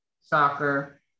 soccer